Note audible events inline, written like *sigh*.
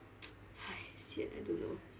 *noise* !hais! sian I don't know